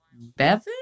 Bevan